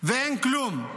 ואין כלום.